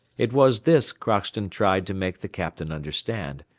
it was this crockston tried to make the captain understand,